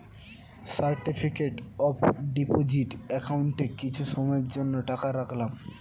certificate of deposit একাউন্টে কিছু সময়ের জন্য টাকা রাখলাম